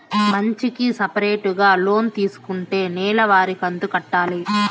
మంచికి సపరేటుగా లోన్ తీసుకుంటే నెల వారి కంతు కట్టాలి